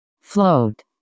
float